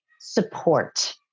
support